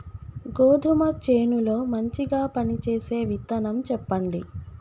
గోధుమ చేను లో మంచిగా పనిచేసే విత్తనం చెప్పండి?